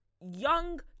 young